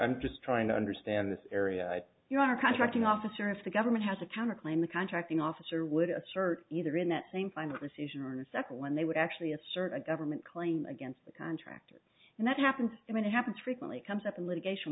i'm just trying to understand this area you are contracting officer if the government has a counterclaim the contracting officer would assert either in that same final decision or second when they would actually assert a government claim against the contractor and that happens and it happens frequently comes up in litigation